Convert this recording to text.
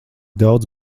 daudz